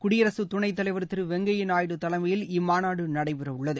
குடியரசுத் துணைத் தலைவர் திரு வெங்கையா நாயுடு தலைமையில் இம்மாநாடு நடைபெற உள்ளது